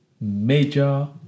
major